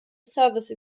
service